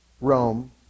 Rome